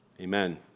Amen